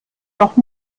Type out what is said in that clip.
noch